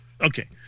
Okay